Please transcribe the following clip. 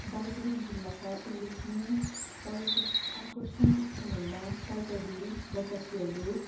दार्जिलिङ जिल्लाका उल्लेखनीय पर्यटक आकर्षण स्थलहरूमा टाइगर हिल बतासिया लुप